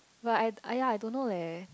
but I yea I don't know leh